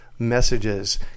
Messages